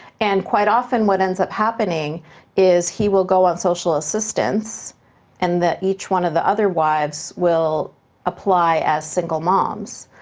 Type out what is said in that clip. and quite often what ends up happening is he will go on social assistance and each one of the other wives will apply as single moms.